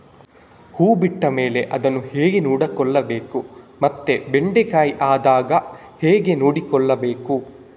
ಹೂ ಬಿಟ್ಟ ಮೇಲೆ ಅದನ್ನು ಹೇಗೆ ನೋಡಿಕೊಳ್ಳಬೇಕು ಮತ್ತೆ ಬೆಂಡೆ ಕಾಯಿ ಆದಾಗ ಹೇಗೆ ನೋಡಿಕೊಳ್ಳಬೇಕು?